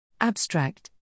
Abstract